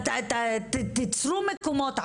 תיצרו מקומות עבודה.